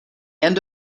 end